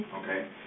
Okay